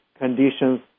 conditions